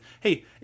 hey